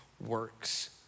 works